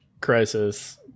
crisis